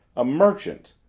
a merchant,